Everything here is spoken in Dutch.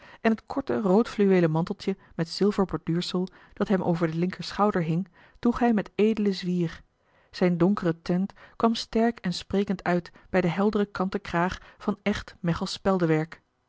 en het korte roodfluweelen manteltje met zilverborduursel dat hem over den linkerschouder hing droeg hij met edelen zwier zijn donkere tint kwam sterk en sprekend uit bij de heldere kanten kraag van echt mechels